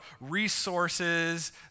resources